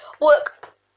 work